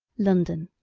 london,